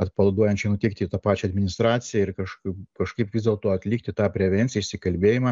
atpalaiduojančiai nuteikti ir tą pačią administraciją ir kažkaip kažkaip vis dėlto atlikti tą prevenciją išsikalbėjimą